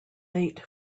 late